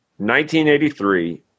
1983